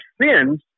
sins